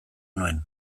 nuen